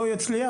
לא יצליח?